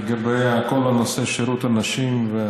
לגבי כל הנושא של שירות הנשים.